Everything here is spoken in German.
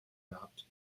gehabt